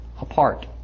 apart